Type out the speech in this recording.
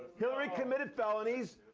hillary committed felonies,